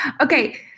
Okay